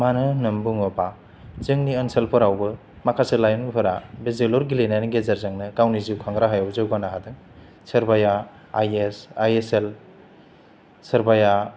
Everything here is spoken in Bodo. मानो होननानै बुङोबा जोंनि ओनसोलफोरावबो माखासे लाइमोनफोरा बे जोलुर गेलेनायनि गेजेरजोंनो गावनि जिउ खांनो राहायाव जौगानो हादों सोरबाया आइ एस एल सोरबाया